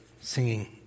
singing